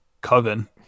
coven